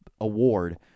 award